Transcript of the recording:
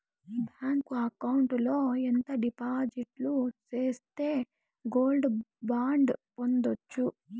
Bank account లో ఎంత డిపాజిట్లు సేస్తే గోల్డ్ బాండు పొందొచ్చు?